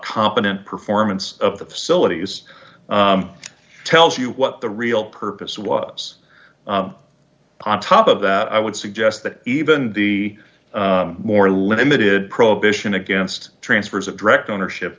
competent performance of the facilities tells you what the real purpose was pop top of that i would suggest that even the more limited prohibition against transfers of direct ownership